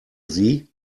sie